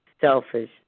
selfish